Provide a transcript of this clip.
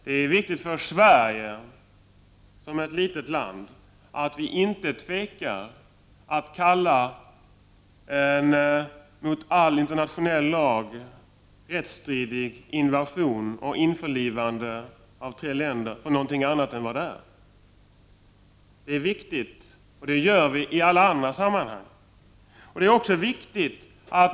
Det är viktigt för Sverige som är ett litet land att inte tveka att kalla en mot all internationell lag rättsstridig invasion och ett rättsstridigt införlivande av tre länder för något annat än vad det är. Det är viktigt, och det gör vi i Sverige i alla andra sammanhang.